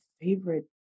favorite